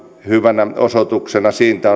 hyvänä osoituksena siitä